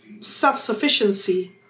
self-sufficiency